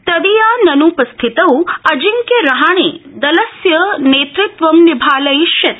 तदीयान्पस्थितौ अंजिक्य रहाणे दलस्य नेतृत्वं निभालयिष्यति